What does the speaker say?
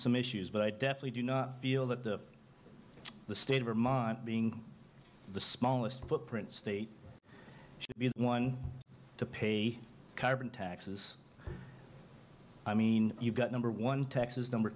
some issues but i definitely do not feel that the the state of vermont being the smallest footprint state should be one to pay the carbon taxes i mean you've got number one texas number